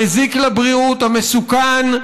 המזיק לבריאות, המסוכן,